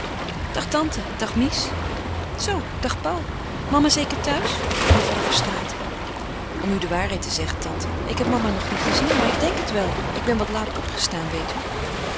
dag mies zoo dag paul mama zeker thuis vroeg mevrouw verstraeten om u de waarheid te zeggen tante ik heb mama nog niet gezien maar ik denk het wel ik ben wat laat opgestaan weet u